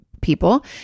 people